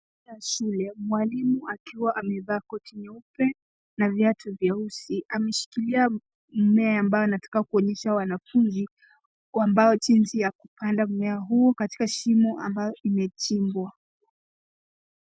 Katika shule mwalimu akiwa amevaa koti nyeupe na viatu vyeusi ameshikilia mmea ambaye anataka kuonyesha wanafunzi ambao jinsi ya kupanda mmea huu katika shimo ambayo imechimbwa.